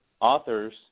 Authors